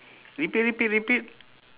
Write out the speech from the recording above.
repeat repeat repeat